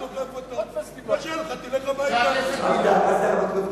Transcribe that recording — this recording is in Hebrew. קשה לך, תלך הביתה, חבר הכנסת גילאון.